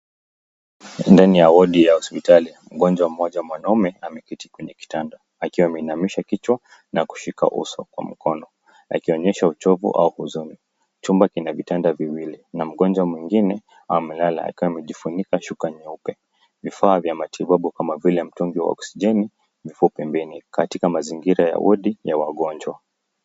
Ndani ya wadi ya hospitali, mgonjwa mmoja mwanaume ameketi kwenye kitanda, akiwa ameinamisha kichwa na kushika uso kwa mkono, akionyesha uchovu au huzuni. Chumba kina vitanda viwili na mgonjwa mwingine amelala akiwa amejifunika shuka nyeupe. Vifaa vya matibabu kama vile mtungi wa oksijeni viko pembeni katika mazingira ya wadi ya wagonjwa.